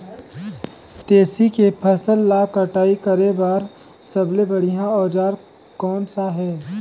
तेसी के फसल ला कटाई करे बार सबले बढ़िया औजार कोन सा हे?